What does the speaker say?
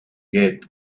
get